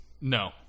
No